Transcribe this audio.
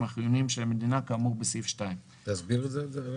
החיוניים של המדינה כאמור בסעיף 2." תסביר את זה.